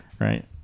right